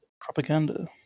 propaganda